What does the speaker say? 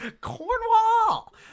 Cornwall